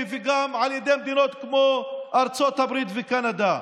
וגם על ידי מדינות כמו ארצות הברית וקנדה.